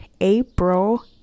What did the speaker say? April